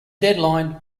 deadline